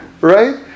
right